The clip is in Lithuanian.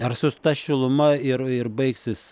ar su ta šiluma ir ir baigsis